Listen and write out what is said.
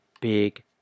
big